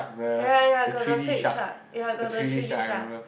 ya ya ya got the fake shark ya got the three D shark